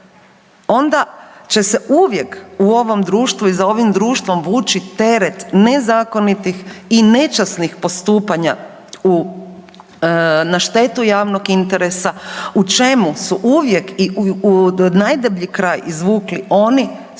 onda će se uvijek u ovom društvu i za ovim društvom, vući teret nezakonitih i nečasnih postupanja na štetu javnog interesa u čemu su uvijek i najdeblji kraj izvukli oni s